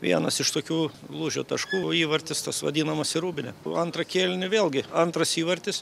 vienas iš tokių lūžio taškų įvartis tas vadinamas į rūbinę po antro kėlinio vėlgi antras įvartis